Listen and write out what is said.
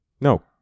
No